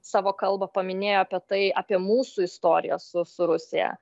savo kalbą paminėjo apie tai apie mūsų istoriją su su rusija